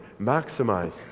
maximize